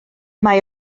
mae